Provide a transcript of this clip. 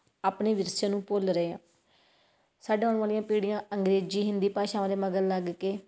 ਆਪਣੇ ਵਿਰਸੇ ਨੂੰ ਭੁੱਲ ਰਹੇ ਆ ਸਾਡਾ ਆਉਣ ਵਾਲੀਆਂ ਪੀੜ੍ਹੀਆਂ ਅੰਗਰੇਜ਼ੀ ਹਿੰਦੀ ਭਾਸ਼ਾਵਾਂ ਦੇ ਮਗਰ ਲੱਗ ਕੇ